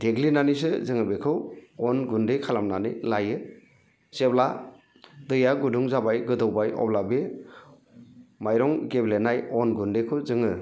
देग्लिनानैसो जोङो बेखौ अन गुन्दै खालामनानै लायो जेब्ला दैया गुदुं जाबाय गोदौबाय अब्ला बे माइरं गेब्लेनाय अन गुन्दैखौ जोङो